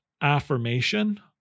affirmation